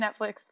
Netflix